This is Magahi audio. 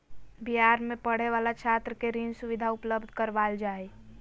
बिहार में पढ़े वाला छात्र के ऋण सुविधा उपलब्ध करवाल जा हइ